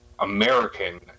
American